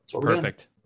Perfect